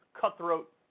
cutthroat